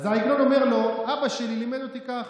אז העגלון אומר לו: אבא שלי לימד אותי כך,